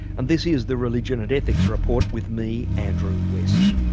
and this is the religion and ethics report with me andrew west